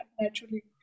naturally